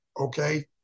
okay